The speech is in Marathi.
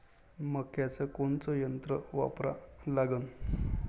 मक्याचं कोनचं यंत्र वापरा लागन?